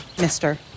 mister